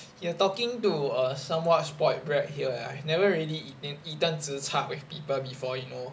you are talking to a somewhat spoilt brat here eh I never really eatin~ eaten zi char with people before you know